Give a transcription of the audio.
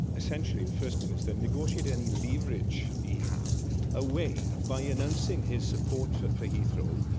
essentially, the first minister negotiated any leverage he had away by announcing his support for for heathrow,